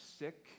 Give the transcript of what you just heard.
sick